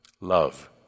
Love